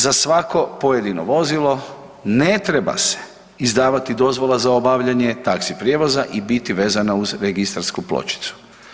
Za svako pojedino vozilo ne treba se izdavati dozvola za obavljanje taksi prijevoza i biti vezana uz registarsku pločicu.